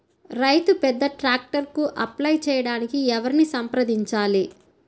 రైతు పెద్ద ట్రాక్టర్కు అప్లై చేయడానికి ఎవరిని సంప్రదించాలి?